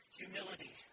humility